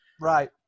Right